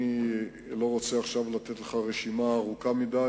אני לא רוצה עכשיו לתת לך רשימה ארוכה מדי.